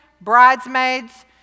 bridesmaids